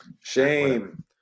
shame